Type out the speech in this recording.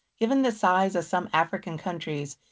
given the size of some african countries,